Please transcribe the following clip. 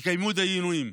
תקיימו דיונים.